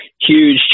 huge